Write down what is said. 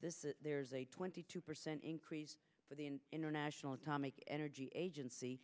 this is a twenty two percent increase for the international atomic energy agency